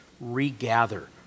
regather